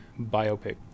biopic